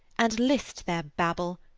and list their babble,